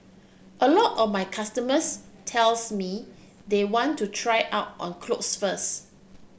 a lot of my customers tells me they want to try out on clothes first